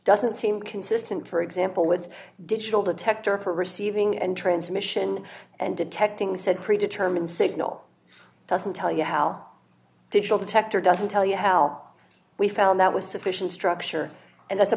doesn't seem consistent for example with digital detector for receiving and transmission and detecting said predetermine signal doesn't tell you how digital detector doesn't tell you how we found that was sufficient structure and